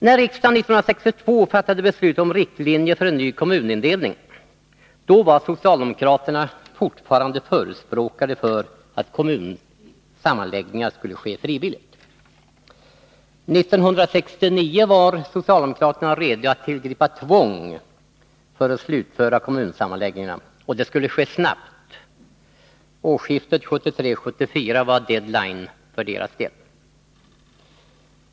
När riksdagen 1962 fattade beslut om riktlinjer för en ny kommunindelning var socialdemokraterna fortfarande förespråkare för att kommunsammanläggningar skulle ske frivilligt. Men 1969 var socialdemokraterna redo att tillgripa tvång för att slutföra kommunsammanläggningarna — och det skulle ske snabbt. Årsskiftet 1973-1974 var deadline för deras del.